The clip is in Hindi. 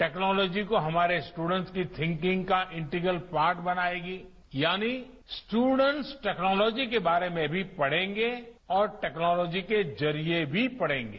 टैक्नोलॉजी को हमारे स्टूडेंट्स की थिंकिंग का इंटीगल पार्ट बनाएगी यानी स्टूडेंट्स टैक्नोलॉजी के बारे में भी पढ़ंगे और टैक्नोलॉजी के जरिये भी पढ़ेगे